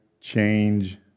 change